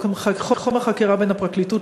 חוק ומשפט.